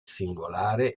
singolare